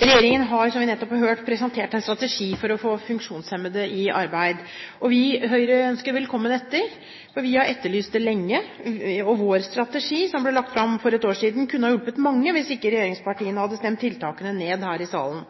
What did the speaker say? Regjeringen har, som vi nettopp har hørt, presentert en strategi for å få funksjonshemmede ut i arbeid. Vi i Høyre ønsker velkommen etter, for vi har etterlyst det lenge, og vår strategi – som ble lagt fram for et år siden – kunne ha hjulpet mange, hvis ikke regjeringspartiene hadde stemt tiltakene ned her i salen.